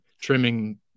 trimming